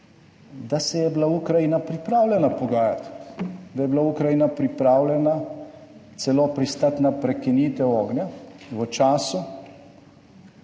da se je bila Ukrajina pripravljena pogajati, da je bila Ukrajina pripravljena celo pristati na prekinitev ognja v času,